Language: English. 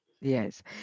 yes